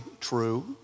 true